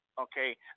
Okay